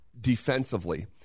defensively